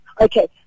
Okay